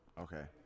Okay